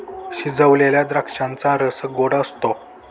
शिजवलेल्या द्राक्षांचा रस गोड असतो